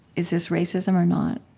is this racism or not?